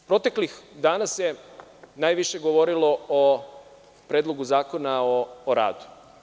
Proteklih dana se najviše govorilo o Predlogu zakona o radu.